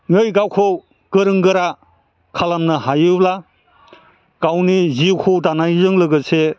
ङै गावखौ गोरों गोरा खालामनो हायोब्ला गावनि जिउखौ दानायजों लोगोसे